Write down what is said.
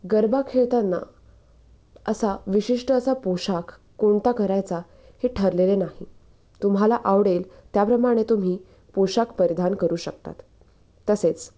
गरबा खेळताना असा विशिष्ट असा पोशाख कोणता करायचा हे ठरलेले नाही तुम्हाला आवडेल त्याप्रमाणे तुम्ही पोशाख परिधान करू शकतात तसेच